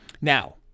Now